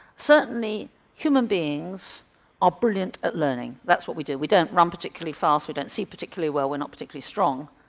certainly human beings are ah brilliant at learning, that's what we do, we don't run particularly fast, we don't see particularly well, we're not particularly strong,